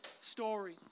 story